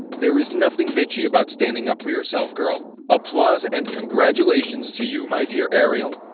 there is nothing bitchy about standing up for yourself girl applause and congratulations to you, my dear ariel!